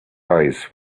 eyes